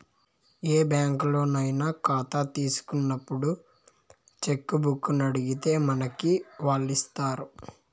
ఏ బ్యాంకులోనయినా కాతా తీసినప్పుడు చెక్కుబుక్కునడిగితే మనకి వాల్లిస్తారు